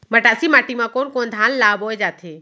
मटासी माटी मा कोन कोन धान ला बोये जाथे?